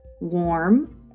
warm